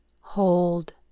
hold